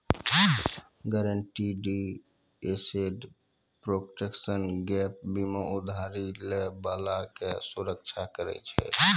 guaranteed asset protection gap बीमा उधारी लै बाला के सुरक्षा करै छै